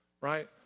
Right